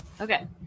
Okay